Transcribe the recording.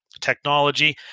technology